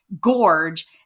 gorge